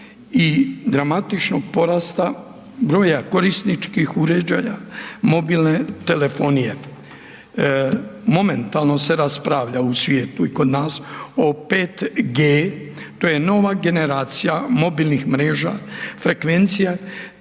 i dramatičnog porasta broja korisničkih uređaja mobilne telefonije. Momentalno se raspravlja u svijetu i kod nas o 5G to je nova generacija mobilnih mreža frekvencija